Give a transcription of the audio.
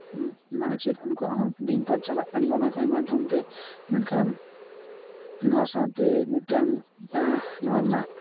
ᱢᱟᱱᱮ ᱪᱮᱫ ᱩᱱᱠᱩᱣᱟᱜ ᱦᱚᱸ ᱫᱤᱱ ᱠᱟᱞ ᱪᱟᱞᱟᱜ ᱠᱟᱱᱟ ᱚᱱᱟ ᱠᱟᱹᱢᱤ ᱢᱟᱫᱽᱫᱷᱚᱢᱛᱮ ᱢᱮᱱᱠᱷᱟᱱ ᱱᱚᱣᱟ ᱥᱟᱶᱛᱮ ᱢᱤᱫᱴᱟᱱ ᱱᱚᱣᱟ ᱨᱮᱱᱟᱜ